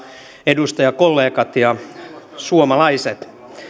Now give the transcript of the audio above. edustajakollegat ja suomalaiset